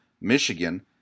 Michigan